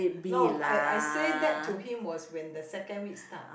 no I I say that to him was when the second week start